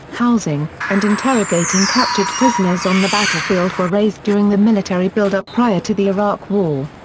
housing, and interrogating captured prisoners on the battlefield were raised during the military build-up prior to the iraq war.